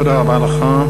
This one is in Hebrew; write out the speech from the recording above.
תודה רבה לך.